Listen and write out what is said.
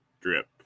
drip